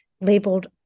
labeled